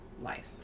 life